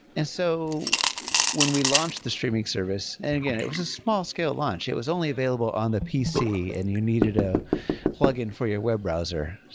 and so when we launched the streaming service. and again, it was a small scale launch. it was only available on the pc and you needed a plug-in for your web browser.